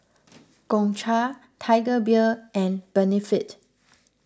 Gongcha Tiger Beer and Benefit